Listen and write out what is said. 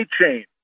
chain